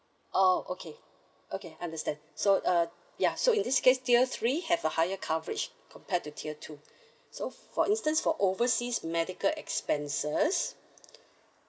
oh okay okay understand so uh ya so in this case tier three have a higher coverage compared to tier two so for instance for overseas medical expenses